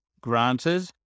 granted